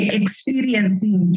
experiencing